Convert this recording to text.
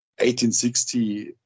1860